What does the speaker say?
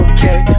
Okay